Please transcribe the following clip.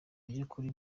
by’ukuri